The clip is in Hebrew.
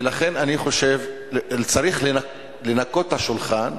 ולכן, אני חושב, צריך לנקות את השולחן